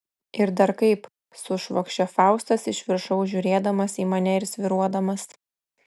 ir dar kaip sušvokščia faustas iš viršaus žiūrėdamas į mane ir svyruodamas